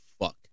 Fuck